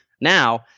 Now